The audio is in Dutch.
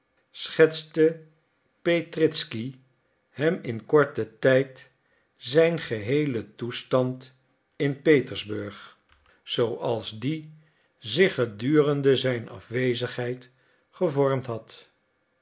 schetste petritzky hem in korten tijd zijn geheelen toestand in petersburg zooals die zich gedurende zijn afwezigheid gevormd had